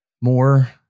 more